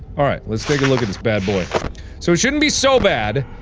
alright let's take a look at this bad boy. so it shouldn't be so bad.